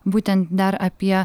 būtent dar apie